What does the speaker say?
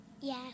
Yes